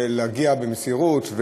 להגיע במסירות.